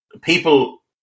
people